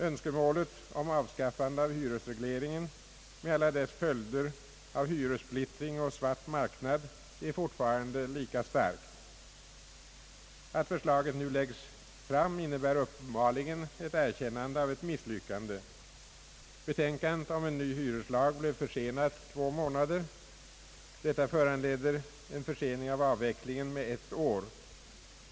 Önskemålet om att avskaffa hyresregleringen med alla dess följder av hyressplittring och svart marknad är fortfarande lika starkt. Att förslaget nu läggs fram innebär uppenbarligen ett erkännande av ett misslyckande. Betänkandet om en ny hyreslag blev försenat två månader. Detta föranleder en försening av avvecklingen med ett år.